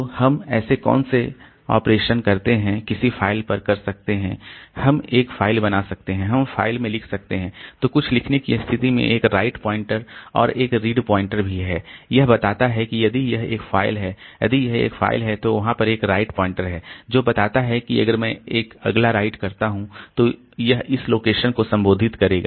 तो हम ऐसे कौन से ऑपरेशन हैं किसी फाइल पर कर सकते हैं हम एक फाइल बना सकते हैं हम फाइल में लिख सकते हैं तो कुछ लिखने की स्थिति में एक राइट पॉइंटर और एक रीड पॉइंटर भी है यह बताता है कि यदि यह एक फ़ाइल है यदि यह एक फ़ाइल है तो वहाँ पर एक राइट पॉइंटर है जो बताता है कि अगर मैं एक अगला राइट करता हूँ तो यह इस लोकेशन को संशोधित करेगा